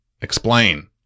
explain